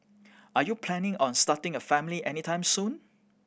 are you planning on starting a family anytime soon